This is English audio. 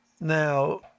Now